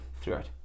throughout